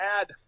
add